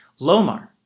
Lomar